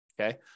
okay